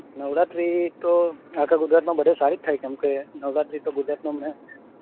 નવરાત્રિ તો આખા ગુજરાતમાં બધે સારી જ થાય છે કેમ કે નવરાત્રિ તો ગુજરાતનો મે